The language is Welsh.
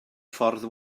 ffordd